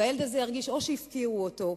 והילד הזה ירגיש או שהפקירו אותו,